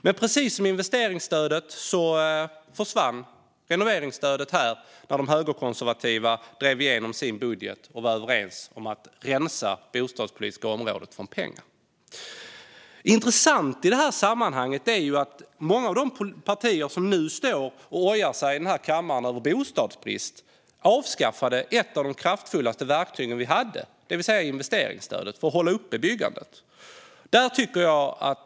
Men precis som investeringsstödet försvann renoveringsstödet när de högerkonservativa drev igenom sin budget och var överens om att rensa det bostadspolitiska området från pengar. Intressant i sammanhanget är att några av de partier som nu ojar sig över bostadsbristen avskaffade ett av de kraftfullaste verktyg vi hade för att hålla uppe byggandet, det vill säga investeringsstödet.